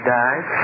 died